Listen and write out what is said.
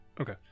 okay